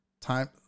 Time